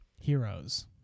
heroes